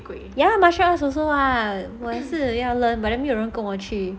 ya martial arts also [what] 我也是要 learn but then 没有人跟我去